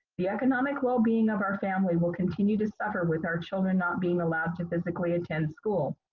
the economic well being of our family will continue to suffer with our children not being allowed to physically attend school.